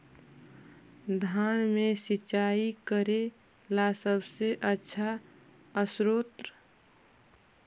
धान मे सिंचाई करे ला सबसे आछा स्त्रोत्र?